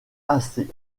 assez